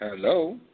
Hello